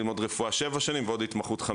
לא מעט אנחנו שומעים יריות בבתים ואנחנו מתכווצים.